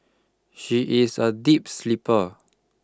she is a deep sleeper